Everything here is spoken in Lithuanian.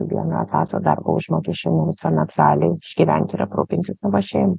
vieno etato darbo užmokesčio ne visuomet gali išgyventi ir aprūpinsite savo šeimą